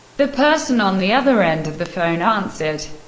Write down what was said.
the person on the other end of the phone answered.